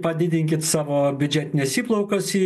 padidinkit savo biudžetines įplaukas į